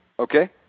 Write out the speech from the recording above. Okay